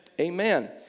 Amen